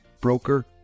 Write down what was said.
broker